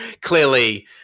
clearly